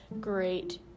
great